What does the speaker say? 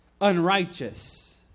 unrighteous